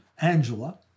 Angela